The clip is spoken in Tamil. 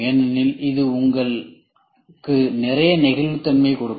ஏனெனில் இது உங்களுக்கு நிறைய நெகிழ்வுத்தன்மையைக் கொடுக்கும்